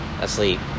asleep